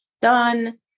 done